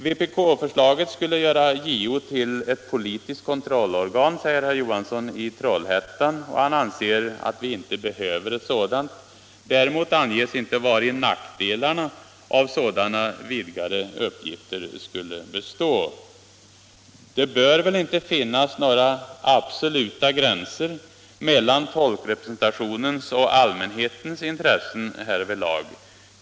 Vpk-förslaget skulle göra JO till ett politiskt kontrollorgan, säger herr Johansson i Trollhättan. Han anser att vi inte behöver ett sådant. Däremot anges inte vari nackdelarna av sådana vidgade uppgifter skulle bestå. Det bör inte heller finnas några absoluta gränser mellan folkrepresentationens och allmänhetens intressen härvidlag.